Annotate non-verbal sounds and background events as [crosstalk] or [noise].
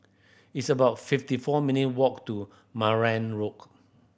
it's about fifty four minute walk to Marang [unintelligible]